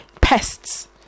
Pests